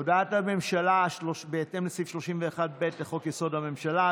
הודעת הממשלה בהתאם לסעיף 31(ב) לחוק-יסוד: הממשלה,